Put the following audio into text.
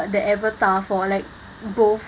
like avatar for like both